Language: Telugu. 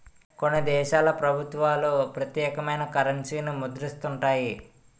కొన్ని దేశాల ప్రభుత్వాలు ప్రత్యేకమైన కరెన్సీని ముద్రిస్తుంటాయి